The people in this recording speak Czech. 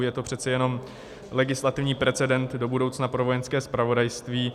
Je to přece jenom legislativní precedent do budoucna pro Vojenské zpravodajství.